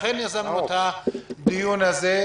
לכן יזמנו את הדיון הזה,